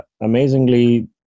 amazingly